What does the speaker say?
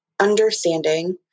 Understanding